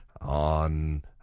on